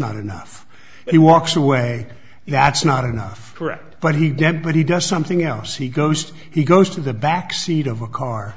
not enough he walks away that's not enough correct but he didn't but he does something else he goes he goes to the back seat of a car